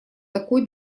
такой